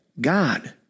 God